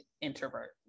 introvert